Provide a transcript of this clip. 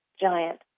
giant